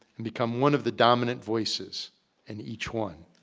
and become one of the dominant voices in each one.